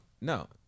no